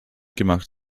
gemacht